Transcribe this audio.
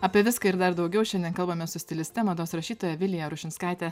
apie viską ir dar daugiau šiandien kalbame su stiliste mados rašytoja vilija rušinskaite